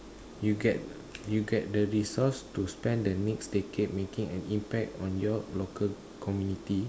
you get the resource to spend the next decade making an impact on your local community